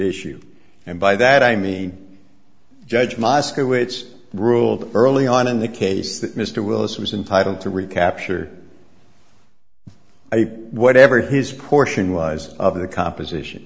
issue and by that i mean judge moscowitz ruled early on in the case that mr willis was entitled to recapture whatever his portion was of the composition